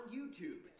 YouTube